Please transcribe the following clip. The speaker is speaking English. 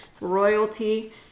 Royalty